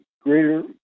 greater